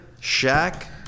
Shaq